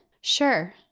sure